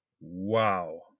Wow